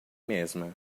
mesma